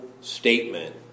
statement